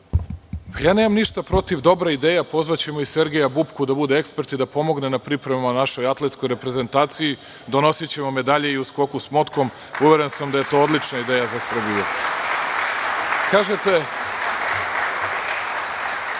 ja nemam ništa protiv. Dobra ideja, pozvaćemo i Sergeja Bubpku da bude ekspert i da pomogne na pripremama našoj atletskoj reprezentaciji. Donosiće vam medalje i u skoku s motkom, uveren sam da je to odlična ideja za